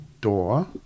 door